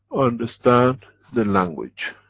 understand the language.